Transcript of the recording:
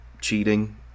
cheating